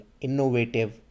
innovative